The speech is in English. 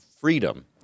freedom